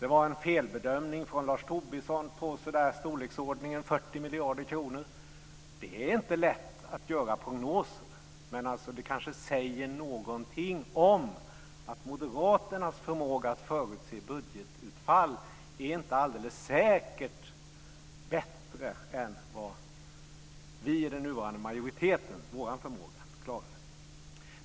Det var en felbedömning från Lars Tobisson på i storleksordningen 40 miljarder kronor. Det är inte lätt att göra prognoser, men det kanske säger någonting om att moderaternas förmåga att förutse budgetutfall inte säkert är bättre än den nuvarande majoritetens förmåga.